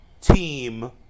team